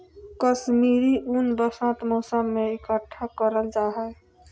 कश्मीरी ऊन वसंत मौसम में इकट्ठा करल जा हय